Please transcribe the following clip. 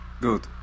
Good